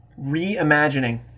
reimagining